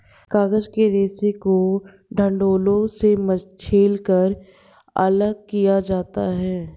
गांजा के रेशे को डंठलों से छीलकर अलग किया जाता है